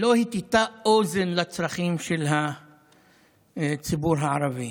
לא הטתה אוזן לצרכים של הציבור הערבי.